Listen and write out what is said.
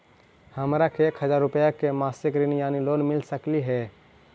हमरा के एक हजार रुपया के मासिक ऋण यानी लोन मिल सकली हे?